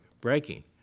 breaking